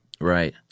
Right